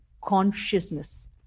consciousness